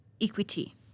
equity